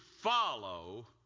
follow